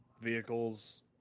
Vehicles